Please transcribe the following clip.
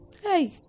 Hey